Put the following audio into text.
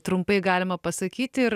trumpai galima pasakyt ir